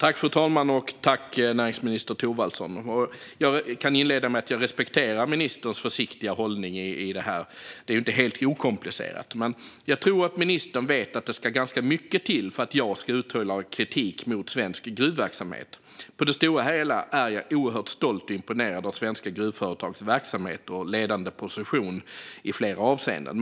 Fru talman! Jag kan inleda med att säga att jag respekterar ministerns försiktiga hållning. Detta är ju inte helt okomplicerat. Men jag tror att ministern vet att det ska ganska mycket till för att jag ska uttala kritik mot svensk gruvverksamhet. På det stora hela är jag oerhört stolt och imponerad av svenska gruvföretags verksamhet och ledande position i flera avseenden.